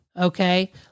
Okay